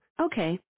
Okay